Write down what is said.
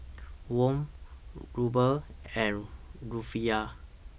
Won Ruble and Rufiyaa